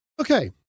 Okay